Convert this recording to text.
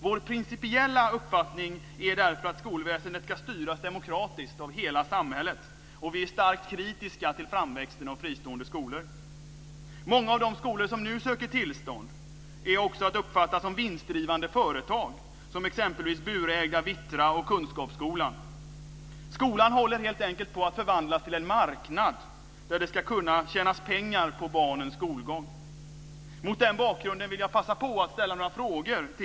Vår principiella uppfattning är därför att skolväsendet ska styras demokratiskt av hela samhället, och vi är starkt kritiska till framväxten av fristående skolor. Många av de skolor som nu söker tillstånd är också att uppfatta som vinstdrivande företag, exempelvis Bureägda Vittra och Kunskapsskolan. Skolan håller på att förvandlas till en marknad. Det ska kunna tjänas pengar på barnens skolgång.